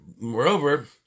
Moreover